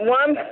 one